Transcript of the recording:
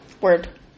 Word